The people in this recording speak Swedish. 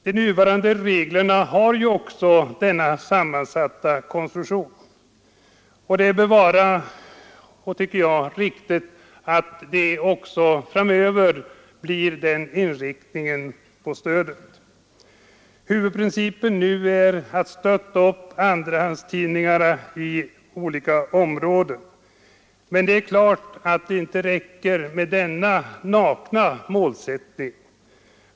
De nuvarande reglerna har också denna sammansatta konstruktion. Stödet bör också framöver ha denna inriktning. Huvudprincipen nu är att stötta upp andratidningar i olika områden. Men klart är att det inte räcker enbart med denna nakna målsättning.